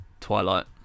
Twilight